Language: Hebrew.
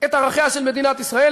את ערכיה של מדינת ישראל.